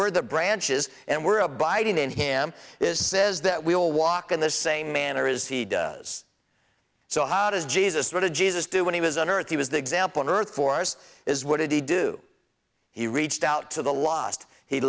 we're the branches and we're abiding in him is says that we all walk in the same manner as he does so how does jesus want to jesus do when he was on earth he was the example on earth for us is what did he do he reached out to the lost he